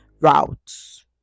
routes